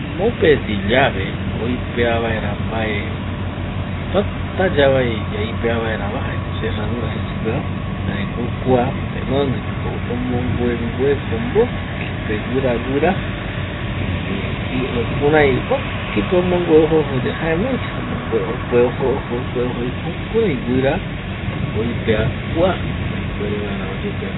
Mopeti llave oipea vaera mbae täta yaipea vaerava jaeko cerradura jei supeva jaeko kua tenondeko omongue ngueko mbokipe guiraguira eh jukurai mbokipe omongue ojo ojo yae jaemai okue ojo ojo, okue ojo ojo jukurai guira oipea kua ipuere vaera oyepea